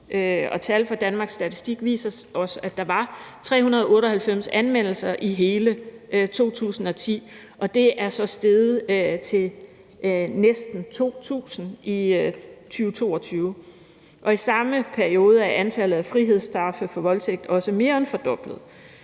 tal fra Danmarks Statistik viser også, at der var 398 anmeldelser i hele 2010, og det er så steget til næsten 2.000 i 2022. Og i samme periode er antallet af frihedsstraffe for voldtægt også mere end fordoblet.